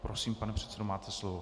Prosím, pane předsedo, máte slovo.